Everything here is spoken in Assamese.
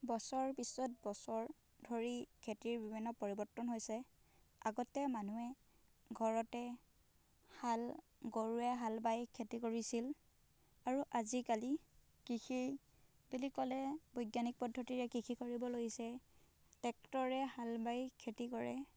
বছৰৰ পিছত বছৰ ধৰি খেতিৰ বিভিন্ন পৰিবৰ্তন হৈছে আগতে মানুহে ঘৰতে হাল গৰুৱে হাল বাই খেতি কৰিছিল আৰু আজিকালি কৃষি বুলি ক'লে বৈজ্ঞানিক পদ্ধতিৰে কৃষি কৰিব লৈছে ট্ৰেক্টৰে হাল বাই খেতি কৰে